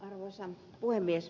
arvoisa puhemies